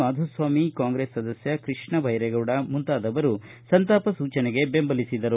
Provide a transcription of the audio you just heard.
Madhuswamy Congress ಸದಸ್ತ ಕೃಷ್ಣಬೈರೇಗೌಡ ಮುಂತಾದವರು ಸಂತಾಪ ಸೂಚನೆಗೆ ಬೆಂಬಲಿಸಿದರು